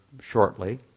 shortly